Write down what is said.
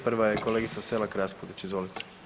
Prva je kolegica Selak-Raspudić, izvolite.